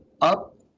up